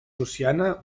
prussiana